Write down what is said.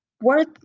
worth